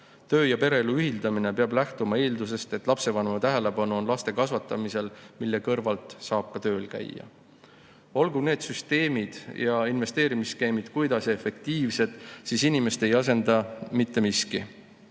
Töö- ja pereelu ühitamine peab lähtuma eeldusest, et lapsevanema tähelepanu on laste kasvatamisel, mille kõrvalt saab ka tööl käia. Olgu need süsteemid ja investeerimisskeemid kui tahes efektiivsed, inimest ei asenda mitte miski.